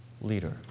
leader